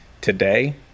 Today